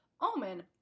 Omen